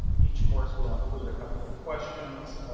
each course will include a couple of questions,